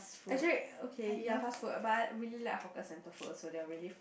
actually okay ya fast food but I really like hawker centre food also they are really